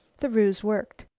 the ruse worked.